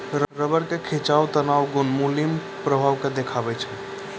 rubber के तनाव खिंचाव बाला गुण मुलीं प्रभाव के देखाबै छै